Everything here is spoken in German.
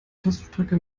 teststrecke